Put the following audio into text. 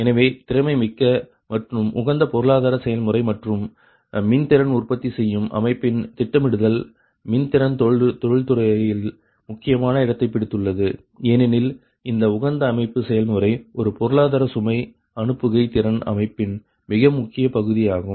எனவே திறமைமிக்க மற்றும் உகந்த பொருளாதார செயல்முறை மற்றும் மின்திறன் உற்பத்தி செய்யும் அமைப்பின் திட்டமிடுதல் மின்திறன் தொழில்துறையில் முக்கியமான இடத்தை பிடித்துள்ளது ஏனெனில் இந்த உகந்த அமைப்பு செயல்முறை ஒரு பொருளாதார சுமை அனுப்புகை திறன் அமைப்பின் மிக முக்கிய பகுதி ஆகும்